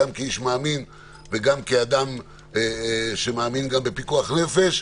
גם כאיש מאמין וגם כאדם שמאמין בפיקוח נפש,